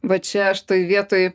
va čia šitoje vietoj